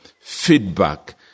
feedback